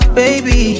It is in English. baby